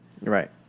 Right